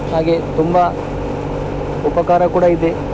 ಹಾಗೆ ತುಂಬ ಉಪಕಾರ ಕೂಡ ಇದೆ